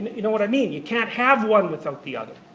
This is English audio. you know what i mean? you can't have one without the other.